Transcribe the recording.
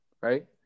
Right